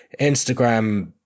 instagram